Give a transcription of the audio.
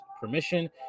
permission